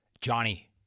Johnny